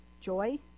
Joy